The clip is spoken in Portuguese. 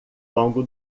longo